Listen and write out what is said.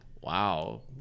Wow